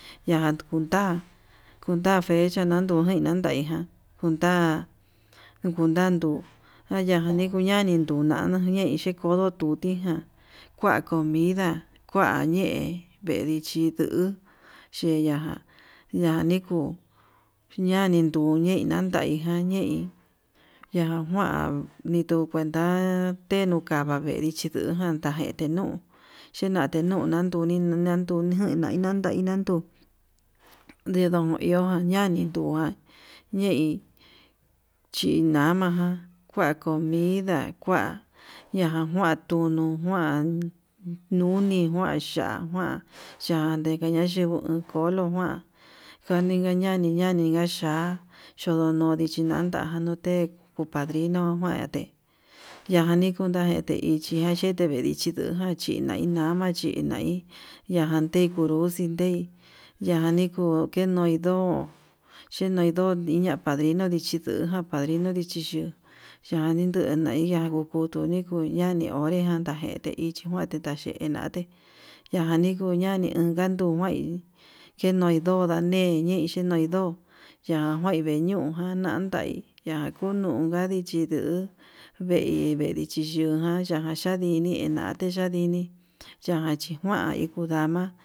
Ya'a kunda kunda fecha nakujain najain yan kunda, ndukutan nduu najani unyani ndun uñaña ña'í xhekodo tutijan, kua comida kua ñe'e vedii chiduu xhiña ñani kuu ñanindunnei nandai ñanei ñakuan nitu kuenta tenu kava'a, vedii chindujan kua detiduu chena tenun nanduni naduni naina nadaina nun, ndedon ihojan ñani tujan ñehí chinama ján kua comida kua ñajan kua tunuu kuan nuni kuan ya'á kuan ya'á yeka ña'a yinguu kolo kuan, kaniga ñani ñani iha ya'a yodo no'o nichinan ndajan te padrino kuate yajande na'ate ichiña yeti nidii xhidujan xhinaina nina chini nai, ñajan nde kunru xindei ñanii kuu kenoi ndo'o xhinido iña padrino ndichi ndujan padrino dichi yuu yanindu naiján kutuni nikuñani, ndorejan nanguete hí ndichi kuate nakuena nate najan ninikuña nikandui iin kedoi nanui he ñei xhinei ndo'o ña'a kuain veñuján nandai ña'a, nakuñunkani kadi chido'u vei bichiyujan ñajan ndanexhi ñate ya'á ndini ñajan chikuain kudama.